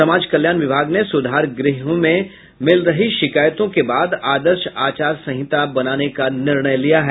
समाज कल्याण विभाग ने सुधार गृहियों में मिल रही शिकायतों के बाद आदर्श आचासंहिता बनाने का निर्णय लिया है